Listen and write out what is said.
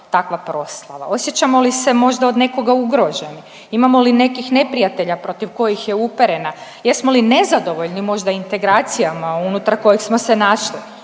takva proslava, osjećamo li se možda od nekoga ugroženi, imamo li nekih neprijatelja protiv kojih je uperena, jesmo li nezadovoljni možda integracijama unutar kojih smo se našli,